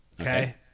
okay